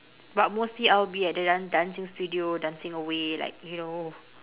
but mostly I'll be at the da~ dancing studio dancing away like you know